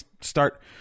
start